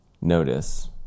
notice